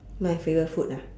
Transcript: my favourite food ah